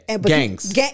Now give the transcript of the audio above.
gangs